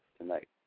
tonight